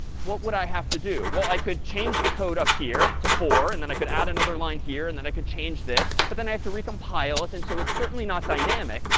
what would i have to do? well, i could change the code up here to four. and then i could add another line here. and then i could change this. but then i have to recompile it. and so it's certainly not dynamic.